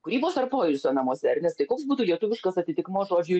kūrybos ar poilsio namuose ernestai koks būtų lietuviškas atitikmuo žodžiui